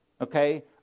okay